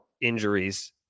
injuries